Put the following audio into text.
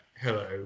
Hello